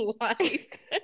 life